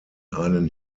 einen